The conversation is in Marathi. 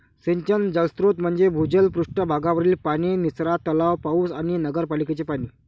सिंचन जलस्रोत म्हणजे भूजल, पृष्ठ भागावरील पाणी, निचरा तलाव, पाऊस आणि नगरपालिकेचे पाणी